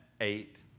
eight